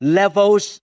levels